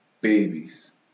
babies